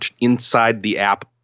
inside-the-app